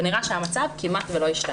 ונראה שהמצב כמעט ולא השתנה.